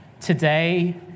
today